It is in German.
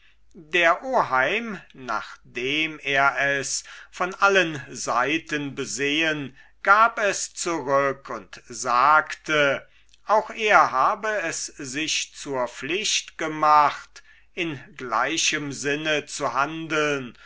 der oheim nachdem er es von allen seiten besehen gab es zurück und sagte auch er habe es sich zur pflicht gemacht in gleichem sinne zu handeln